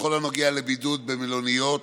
בכל הנוגע לבידוד במלוניות,